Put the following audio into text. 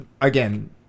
again